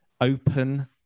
open